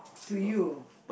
to you